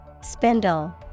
Spindle